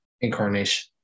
incarnation